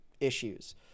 issues